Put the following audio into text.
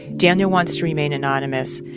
daniel wants to remain anonymous.